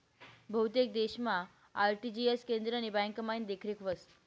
बहुतेक देशमा आर.टी.जी.एस केंद्रनी ब्यांकमाईन देखरेख व्हस